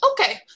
okay